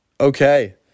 Okay